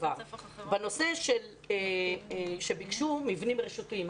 בנושא המבניים הרשותיים.